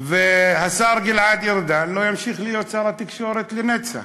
והשר גלעד ארדן לא ימשיך להיות שר התקשורת לנצח,